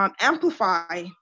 Amplify